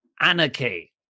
Anarchy